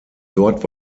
dort